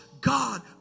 god